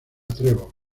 trevor